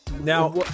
now